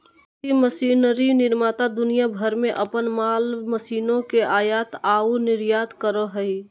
कृषि मशीनरी निर्माता दुनिया भर में अपन माल मशीनों के आयात आऊ निर्यात करो हइ